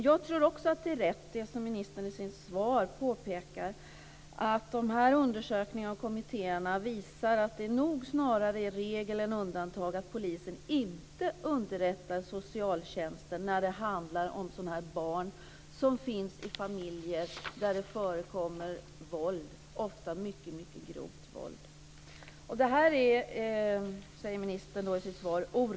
Jag tror också att det är rätt, som ministern i sitt svar påpekar, att de här undersökningarna och kommittéerna visar att det nog snarare är regel än undantag att polisen inte underrättar socialtjänsten när det handlar om barn som finns i familjer där det förekommer våld, ofta mycket grovt våld. Det här är oroande, säger ministern i sitt svar.